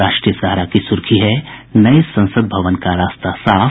राष्ट्रीय सहारा ने लिखा है नये संसद भवन का रास्ता साफ